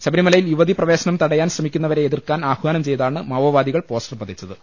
ശബരിമലയിൽ യുവതി പ്രവേശനം തടയാൻ ശ്രമിക്കുന്നവരെ എതിർക്കാൻ ആഹ്വാനം ചെയ്താണ് മാവോവാദികൾ പോസ്റ്റർ പതിച്ചത്